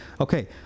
okay